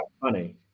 funny